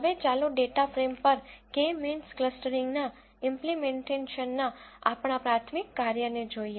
હવે ચાલો data frame પર કે મીન્સ ક્લસ્ટરીંગના ઈમ્પ્લીમેન્ટેશનના આપણા પ્રાથમિક કાર્યને જોઈએ